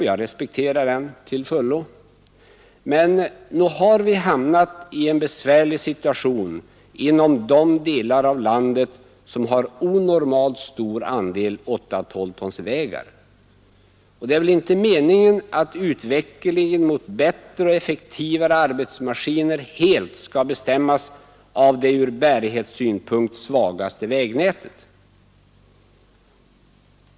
Jag respekterar den till fullo. Men nog har vi hamnat i en besvärlig situation inom de delar av landet som har onormalt stor andel 8/12 tons vägar. Det är väl inte meningen att utvecklingen mot bättre och effektivare arbetsmaskiner helt skall bestämmas av det från bärighetssynpunkt svagaste vägnätet?